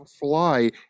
fly